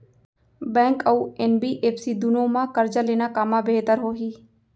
Bank अऊ NBFC दूनो मा करजा लेना कामा बेहतर होही?